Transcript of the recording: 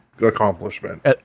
accomplishment